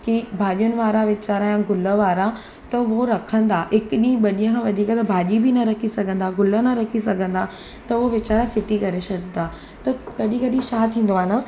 की भाॼियुनि वारा बि वेचारा ऐं गुल वारा त उहो रखंदा हिकु ॾींहुं ॿ ॾींहं खां वधीक त भाॼी बि न रखी सघंदा गुल न रखी सघंदा त हू वेचारा फिटी करे छॾींदा त कॾहिं कॾहिं छा थींदो आहे न